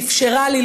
שאפשרה לי,